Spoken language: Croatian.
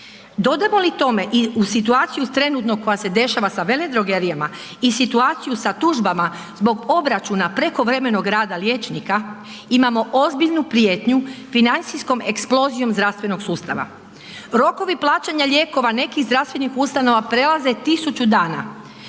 Dodamo li tome i situaciju trenutno koja se dešava sa veledrogerijama i situaciju sa tužbama zbog obračuna prekovremenog rada liječnika, imamo ozbiljnu prijetnju financijskom eksplozijom zdravstvenog sustava. Rokovi plaćanja lijekova nekih zdravstvenih ustanova prelaze tisuću dana